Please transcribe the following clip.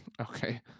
okay